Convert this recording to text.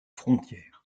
frontière